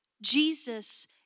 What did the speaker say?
Jesus